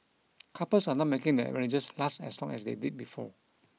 couples are not making their marriages last as long as they did before